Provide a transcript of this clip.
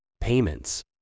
Payments